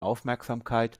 aufmerksamkeit